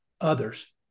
others